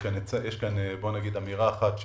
יש כאן אמירה אחת,